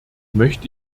möchte